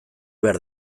behar